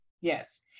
yes